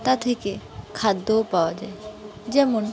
তা থেকে খাদ্যও পাওয়া যায় যেমন